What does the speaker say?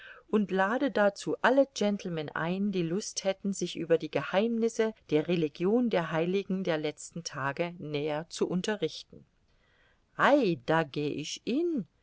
und lade dazu alle gentlemen ein die lust hätten sich über die geheimnisse der religion der heiligen der letzten tage näher zu unterrichten ei da geh ich hin